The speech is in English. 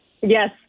Yes